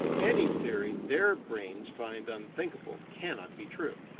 any theory their brains find unthinkable cannot be true.